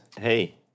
Hey